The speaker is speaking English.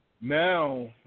now